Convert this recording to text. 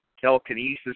telekinesis